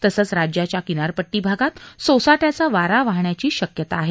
तसंच राज्याच्या किनारपट्टी भागात सोसाट्याचा वारा वाहण्याची शक्यता आहे